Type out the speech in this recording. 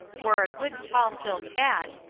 wore a good tall silk hat,